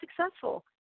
successful